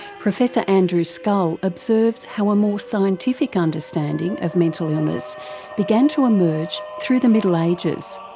professor andrew scull observes how a more scientific understanding of mental illness began to emerge through the middle ages.